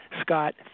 Scott